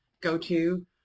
go-to